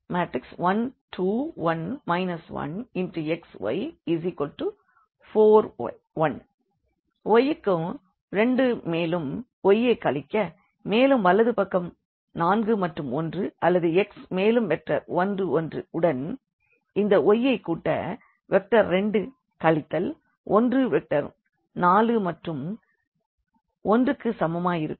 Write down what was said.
1 2 1 1 x y 4 1 y க்கு 2 மேலும் y யைக் கழிக்க மேலும் வலது கை பக்கம் 4 மற்றும் 1 அல்லது x மேலும் வெக்டர் 1 1 உடன் இந்த y ஐக் கூட்ட வெக்டர் 2 கழித்தல் 1 வெக்டர் 4 மற்றும் 1 க்குச் சமமாயிருக்கும்